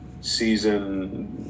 season